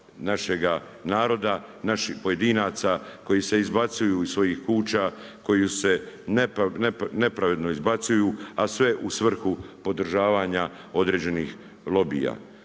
našega naroda, naših pojedinaca koji se izbacuju iz svojih kuća, koji se nepravedno izbacuju a sve u svrhu podržavanja određenih lobija.